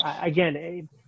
again